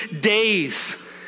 days